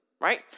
right